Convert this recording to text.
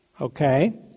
Okay